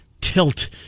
tilt